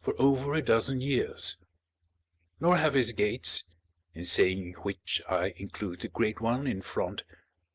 for over a dozen years nor have his gates in saying which, i include the great one in front